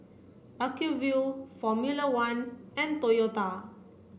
Acuvue Formula One and Toyota